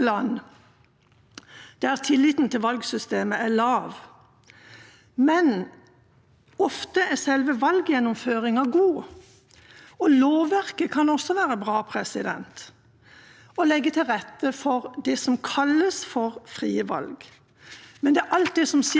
lovverket kan også være bra og legge til rette for det som kalles for frie valg. Det er alt det som skjer innimellom valgene, som er bekymringsfullt: de mer eller mindre usynlige truslene, frykten for å miste bolig og jobb, negative sanksjoner i jobbsammenheng,